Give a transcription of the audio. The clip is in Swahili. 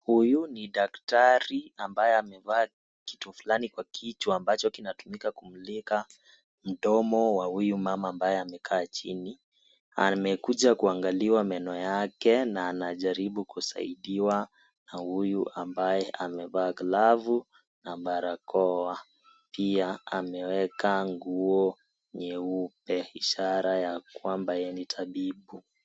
Huyu ni daktari ambaye amevalia kitu fulani kwa kichwa kitu ambacho kinatumika kumulika mdomo wa mama huyu ambaye amekaa chini amekuja kuangaliwa meno yake na anajaribu kusaidiwa na yule ambaye amevaa glavu na barakoa. Pia ameweka nguo nyeupe ishara ya kwamba yeye ni tabibu .